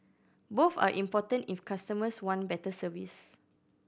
both are important if customers want better service